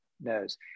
knows